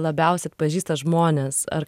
labiausia atpažįsta žmonės ar